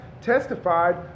testified